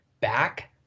back